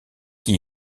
qui